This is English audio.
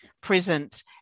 present